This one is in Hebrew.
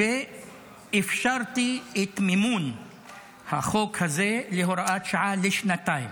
ואפשרתי את מימון החוק הזה להוראת שעה לשנתיים.